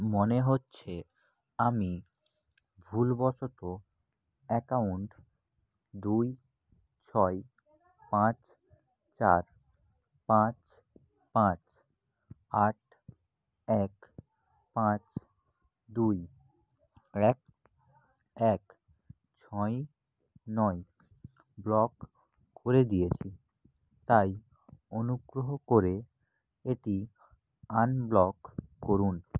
মনে হচ্ছে আমি ভুলবশত অ্যাকাউন্ট দুই ছয় পাঁচ চার পাঁচ পাঁচ আট এক পাঁচ দুই এক এক ছয় নয় ব্লক করে দিয়েছি তাই অনুগ্রহ করে এটি আনব্লক করুন